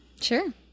Sure